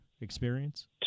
experience